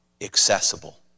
accessible